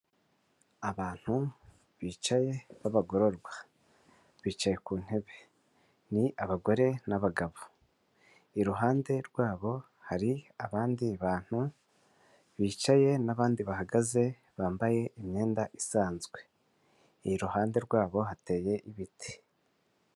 Abantu bicaye b'abagororwa bicaye ku ntebe, ni abagore n'abagabo iruhande rwabo hari abandi bantu bicaye n'abandi bahagaze bambaye imyenda isanzwe, iruhande rwabo hateye ibiti.